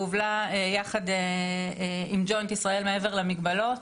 והובלה יחד עם ג'וינט ישראל מעבר למגבלות.